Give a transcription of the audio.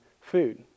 food